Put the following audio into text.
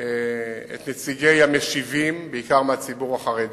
את נציגי המשיבים בעיקר מהציבור החרדי,